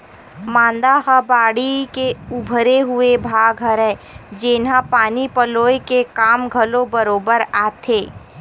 मांदा ह बाड़ी के उभरे हुए भाग हरय, जेनहा पानी पलोय के काम घलो बरोबर आथे